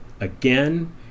Again